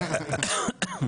פ/2637/25,